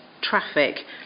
traffic